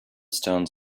stones